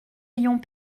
ayons